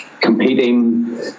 competing